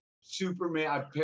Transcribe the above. Superman